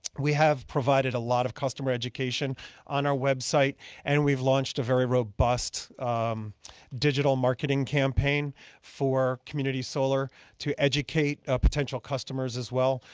we have provided a lot of customer education on our website and we've launched a very robust digital marketing campaign for community solar to educate ah potential customers as well.